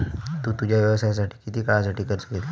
तु तुझ्या व्यवसायासाठी किती काळासाठी कर्ज घेतलंस?